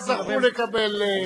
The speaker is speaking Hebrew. שלא זכו לקבל,